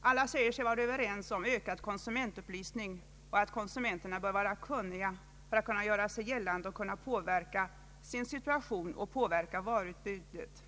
Alla säger sig vara överens om att det behövs ökad konsumentupplysning och att konsumenterna bör vara kunniga för att kunna göra sig gällande och kunna påverka sin situation och påverka varuutbudet.